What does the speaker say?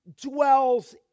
dwells